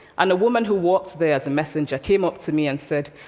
and a woman who worked there as a messenger came up to me and said,